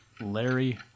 Larry